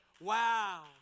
Wow